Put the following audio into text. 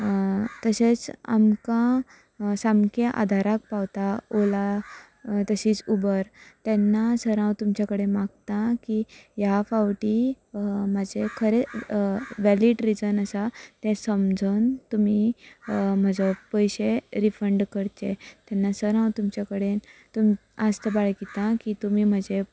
तशेंच आमकां सामकें आदाराक पावता ओला तशींच उबर तेन्ना सर हांव तुमचे कडेन मागतां की ह्या फावटीं म्हजें खरेंच वेलीड रिजन आसा तें समजून तुमी म्हजो पयशे रिफंड करचे तेन्ना सर हांव तुमचे कडेन आस्त बाळगितां की तुमी म्हजें